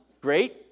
great